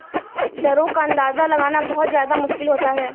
दरों का अंदाजा लगाना बहुत ज्यादा मुश्किल होता है